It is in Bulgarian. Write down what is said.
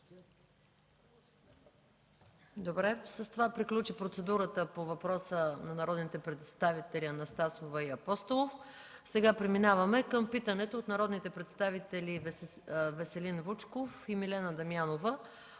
С това приключи процедурата по въпроса на народните представители Анастасова и Апостолов. Преминаваме към питането от народните представители Веселин Вучков и Милена Дамянова